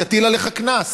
יטיל עליך קנס.